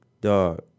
dog